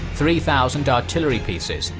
three thousand artillery pieces,